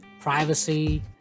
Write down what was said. privacy